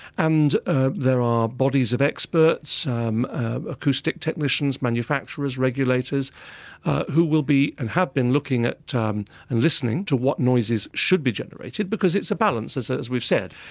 and ah there are bodies of experts um acoustic technicians, manufacturers, regulators who will be and have been looking at um and listening to what noises should be generated because it's a balance, as as we've said.